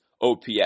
OPS